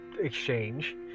exchange